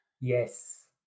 Yes